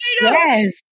Yes